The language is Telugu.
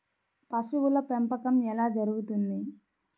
పశువుల పెంపకం ఎలా జరుగుతుంది?